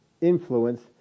influence